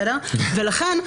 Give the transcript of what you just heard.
ולכן,